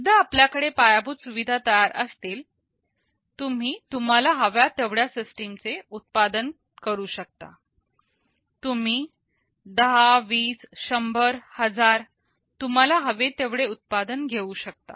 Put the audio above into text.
एकदा आपल्याकडे पायाभूत सुविधा तयार असतील तुम्ही तुम्हाला हव्या तेवढ्या सिस्टिम्स उत्पादन करू शकता तुम्ही 10 20 100 1000 तुम्हाला हवे तेवढे उत्पादन घेऊ शकता